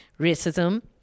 racism